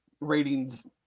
ratings